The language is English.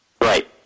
Right